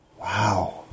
Wow